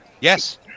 Yes